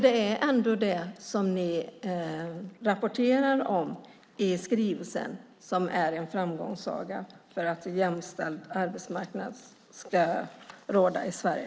Det är ändå det som ni rapporterar om i skrivelsen som är en framgångssaga för att jämställd arbetsmarknad ska råda i Sverige.